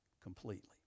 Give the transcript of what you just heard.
completely